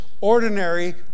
ordinary